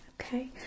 Okay